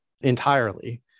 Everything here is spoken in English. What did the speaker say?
entirely